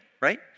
right